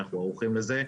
אנחנו ערוכים לזה.